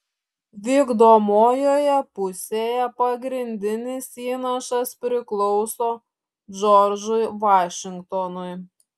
vykdomojoje pusėje pagrindinis įnašas priklauso džordžui vašingtonui